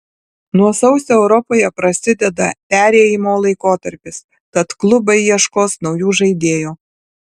nuo sausio europoje prasideda perėjimo laikotarpis tad klubai ieškos naujų žaidėjų